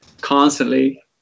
constantly